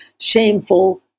shameful